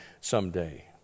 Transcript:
someday